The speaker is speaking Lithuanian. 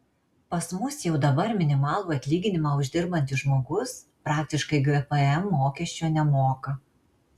pas mus jau dabar minimalų atlyginimą uždirbantis žmogus praktiškai gpm mokesčio nemoka